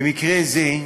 במקרה זה,